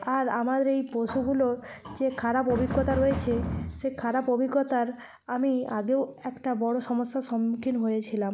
আর আমার এই পশুগুলো যে খারাপ অভিজ্ঞতা রয়েছে সে খারাপ অভিজ্ঞতার আমি আগেও একটা বড়ো সমস্যার সম্মুখীন হয়েছিলাম